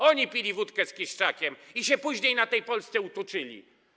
Oni pili wódkę z Kiszczakiem i się później na tej Polsce utuczyli.